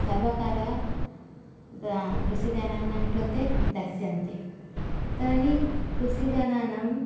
सर्वकारः कृषिजनानां कृते दास्यति तर्हि कृषिजनानां